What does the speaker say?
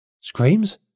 Screams